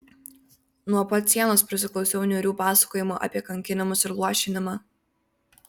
nuo pat sienos prisiklausiau niūrių pasakojimų apie kankinimus ir luošinimą